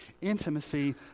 intimacy